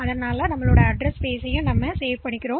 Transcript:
எனவே அந்த வழியில் அது முகவரி இடத்தை சேமிக்க போகிறது